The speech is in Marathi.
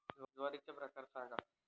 ज्वारीचे प्रकार सांगा